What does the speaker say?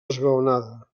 esglaonada